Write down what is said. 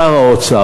שר האוצר,